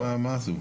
מה עשו?